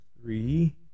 Three